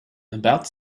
about